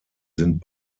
sind